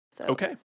Okay